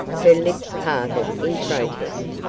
her lips parted in protest.